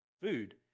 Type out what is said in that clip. food